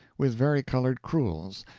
with varicolored crewels,